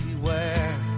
beware